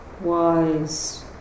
wise